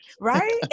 Right